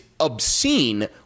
obscene